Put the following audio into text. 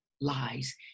lies